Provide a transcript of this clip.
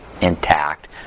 intact